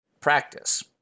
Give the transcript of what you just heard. practice